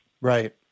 Right